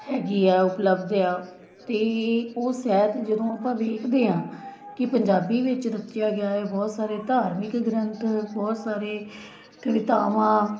ਹੈਗੀ ਆ ਉਪਲੱਬਧ ਆ ਅਤੇ ਉਹ ਸਾਹਿਤ ਜਦੋਂ ਆਪਾਂ ਵੇਖਦੇ ਹਾਂ ਕਿ ਪੰਜਾਬੀ ਵਿੱਚ ਰਚਿਆ ਗਿਆ ਹੈ ਬਹੁਤ ਸਾਰੇ ਧਾਰਮਿਕ ਗ੍ਰੰਥ ਬਹੁਤ ਸਾਰੇ ਕਵਿਤਾਵਾਂ